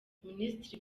minisitiri